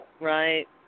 Right